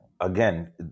Again